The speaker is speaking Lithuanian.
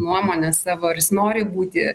nuomonę savo ar jis nori būti